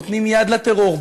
נותנים יד לטרור,